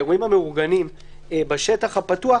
האירועים המאורגנים בשטח הפתוח,